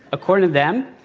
according to them,